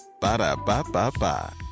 Ba-da-ba-ba-ba